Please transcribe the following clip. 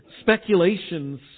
speculations